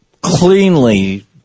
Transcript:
cleanly